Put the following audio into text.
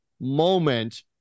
moment